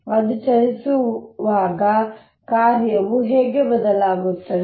ಅದು ಚಲಿಸುವಾಗ ಕಾರ್ಯವು ಹೇಗೆ ಬದಲಾಗುತ್ತದೆ